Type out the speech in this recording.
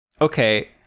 okay